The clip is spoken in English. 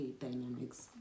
dynamics